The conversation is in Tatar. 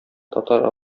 татар